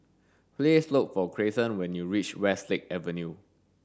please look for Grayson when you reach Westlake Avenue